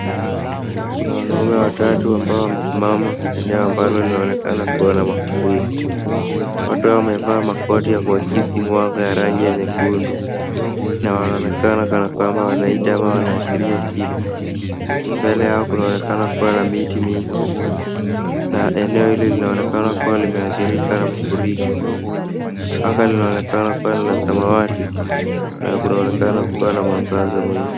Kuna wanaume watatu ambao wamesimama eneo ambalo linaloonekana kuwa na mafuriko. Watu hao wamevaa makoti ya kuakisi mwanga ya rangi ya nyekundu na wanaonekana kana kwamba wanaita ama wanaashiria kitu. Mbele yao kunaonekana kuwa na miti mingi na eneo hili linaonekana kuwa limeathirika na mafuriko. Anga linaonekana kuwa la samawati na kunaonekana kuwa na mwangaza mwingi.